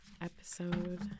episode